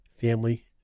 family